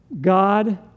God